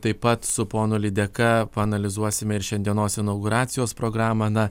taip pat su ponu lydeka paanalizuosime ir šiandienos inauguracijos programą na